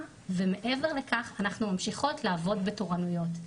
ומעבר לכך אנחנו ממשיכות לעבוד בתורנויות.